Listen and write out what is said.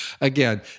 again